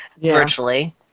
virtually